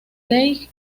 leigh